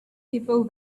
people